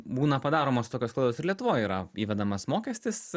būna padaromos tokios klaidos ir lietuvoj yra įvedamas mokestis